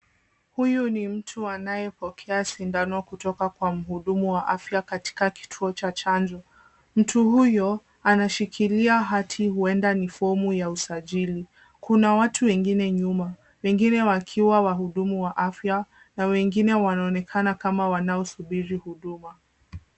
Huyu ni mtu anayepokea sindano kutoka kwa mhudumu wa afya katika kituo cha chanjo. Mtu huyo anashikilia hati huenda ni fomu ya usajili. Kuna watu wengine nyuma, wengine wakiwa wahudumu wa afya na wengine wanaonekana kama wanaosuburi huduma.